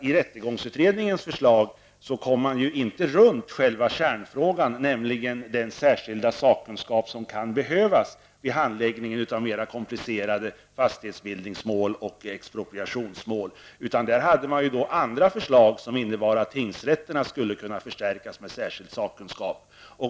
I rättegångsutredningens förslag kom man nämligen inte runt själva kärnfrågan, dvs. den särskilda sakkunskap som kan behövas vid handläggningen av mer komplicerade fastighetsbildningsmål och vid expropriationsmål. Det fanns i stället andra förslag som innebar att tingsrätterna skulle kunna förstärkas med särskild sakkunskap.